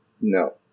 no